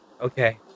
Okay